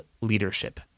leadership